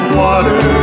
water